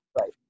Right